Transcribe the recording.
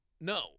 no